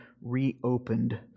reopened